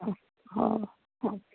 অ' অ'